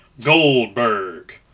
Goldberg